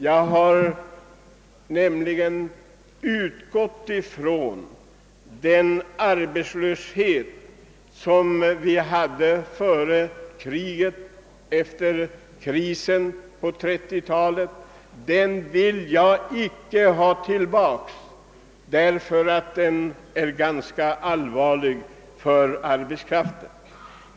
Jag har nämligen haft i tankarna den arbetslöshet som vi hade före kriget och efter krisen på 1930 talet, och den vill jag icke ha tillbaka, ty det vore allvarligt för arbetskraften.